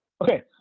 Okay